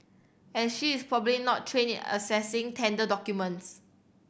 and she is probably not trained in assessing tender documents